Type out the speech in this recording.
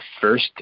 first